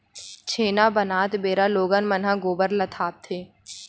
छेना बनात बेरा लोगन मन ह गोबर ल थोपथे